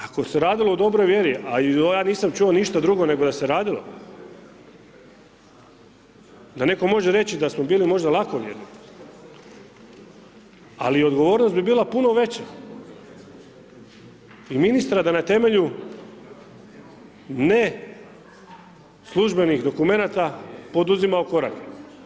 Ako se radilo o dobroj vjeri, a ja nisam čuo ništa drugo nego da se radilo, da netko može reći da smo bili možda lakovjerni, ali odgovornost bi bila puno veća i ministra da na temelju ne službenih dokumenata, poduzimao korake.